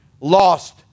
lost